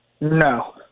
No